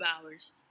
hours